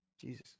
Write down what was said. Jesus